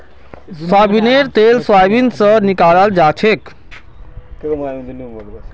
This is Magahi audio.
सोयाबीनेर तेल सोयाबीन स निकलाल जाछेक